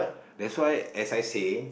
that's why as I say